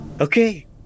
Okay